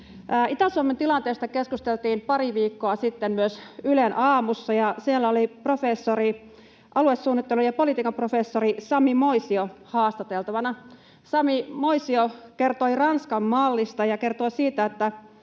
Itä-Suomen tilanteesta keskusteltiin pari viikkoa sitten myös Ylen aamussa, ja siellä oli aluesuunnittelun ja -politiikan professori Sami Moisio haastateltavana. Sami Moisio kertoi Ranskan-mallista ja kertoi siitä, että